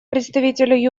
представителю